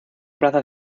plaza